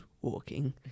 walking